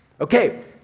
Okay